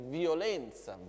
violenza